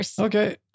Okay